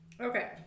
Okay